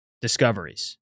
discoveries